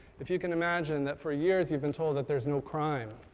if you can imagine that for years you've been told that there's no crime,